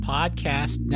Podcast